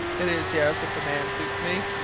it is yes, if the man suits me.